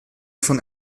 von